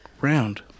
round